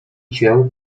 się